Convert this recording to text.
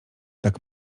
tak